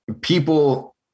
people